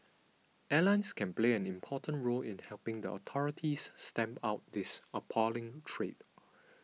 airlines can play an important role in helping the authorities stamp out this appalling trade